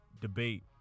debate